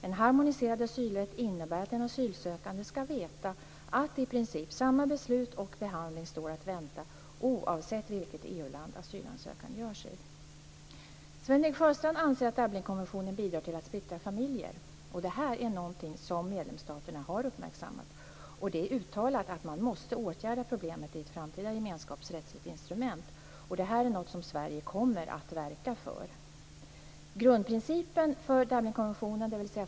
En harmoniserad asylrätt innebär att den asylsökande ska veta att i princip samma beslut och behandling står att vänta oavsett vilket EU-land asylansökan görs i. Sven-Erik Sjöstrand anser att Dublinkonventionen bidrar till att splittra familjer. Detta är något som medlemsstaterna har uppmärksammat, och det är uttalat att man måste åtgärda problemet i ett framtida gemenskapsrättsligt instrument. Detta är något Sverige kommer att verka för.